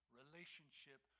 relationship